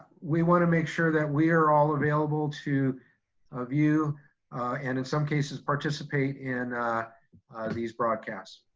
we wanna make sure that we are all available to ah view and in some cases participate in these broadcasts.